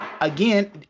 Again